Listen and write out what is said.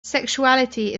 sexuality